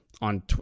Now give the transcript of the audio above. on